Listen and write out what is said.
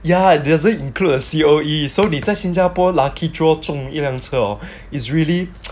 ya it doesn't include a C_O_E so 你在新加坡 lucky draw 中一辆车 hor is really